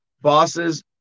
Bosses